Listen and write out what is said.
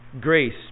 Grace